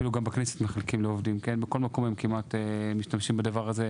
ואפילו גם בכנסת מחלקים אותם לעובדים; כמעט בכל מקום משתמשים בדבר הזה,